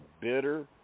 bitter